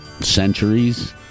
centuries